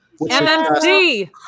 MMC